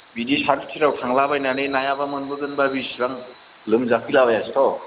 बिदि सा थिखिनियाव थांलाबायनानै नायाबा मोनगोनबा बिसिबां लोमजाफैलाबायासोथ'